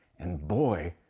and boy,